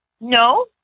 No